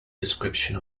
description